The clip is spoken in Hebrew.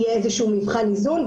יהיה מבחן איזון,